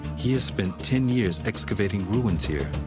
he has spent ten years excavating ruins here.